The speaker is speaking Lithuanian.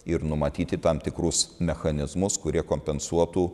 ir numatyti tam tikrus mechanizmus kurie kompensuotų